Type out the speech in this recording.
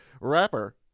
Rapper